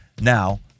now